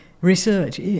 Research